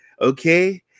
Okay